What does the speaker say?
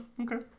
okay